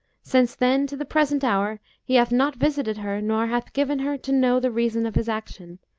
since then to the present hour he hath not visited her nor hath given her to know the reason of his action,